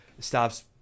stops